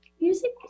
music